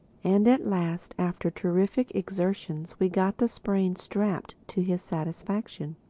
and at last, after terrific exertions, we got the sprain strapped to his satisfaction.